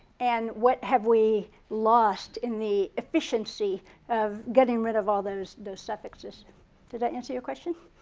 and what have we lost in the efficiency of getting rid of all those those suffixes. did that answer your question?